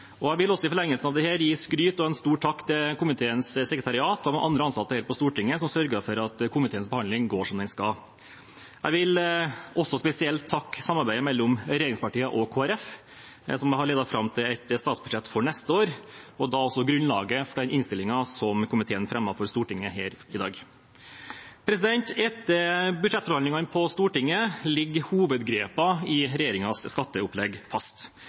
sine. Jeg vil i forlengelsen av dette gi skryt og en stor takk til komiteens sekretariat og andre ansatte på Stortinget som sørger for at komiteens behandling går som den skal. Jeg vil også spesielt takke for samarbeidet mellom regjeringspartiene og Kristelig Folkeparti, som har ledet fram til et statsbudsjett for neste år, og da også er grunnlaget for den innstillingen som komiteen fremmer for Stortinget her i dag. Etter budsjettforhandlingene på Stortinget ligger hovedgrepene i regjeringens skatteopplegg fast.